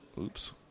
Oops